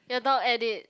your dog ate it